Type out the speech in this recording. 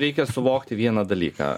reikia suvokti vieną dalyką